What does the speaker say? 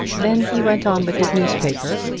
then he went on with his newspaper,